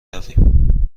رویم